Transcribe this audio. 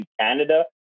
Canada